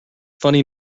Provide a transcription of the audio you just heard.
funny